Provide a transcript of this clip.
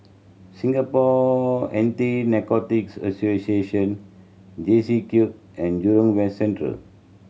Singapore Anti Narcotics Association JCube and Jurong West Central